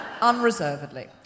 Unreservedly